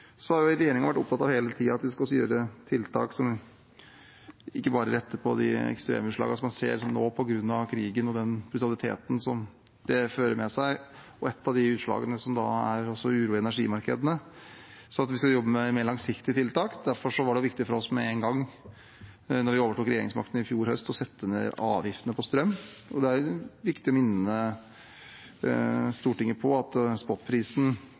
har hele tiden vært opptatt av at vi også skal gjøre tiltak som ikke bare retter på ekstremutslagene som man ser nå på grunn av krigen og den brutaliteten som den fører med seg. Ett av utslagene er uro i energimarkedene, og vi skal jobbe med mer langsiktige tiltak. Da vi overtok regjeringsmakten i fjor høst, var det derfor viktig for oss å sette ned avgiftene på strøm med en gang. Det er viktig å minne Stortinget på at spotprisen, ifølge Nord Pool, var på 1 kr og